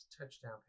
touchdown